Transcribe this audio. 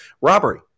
Robbery